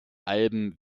alben